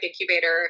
incubator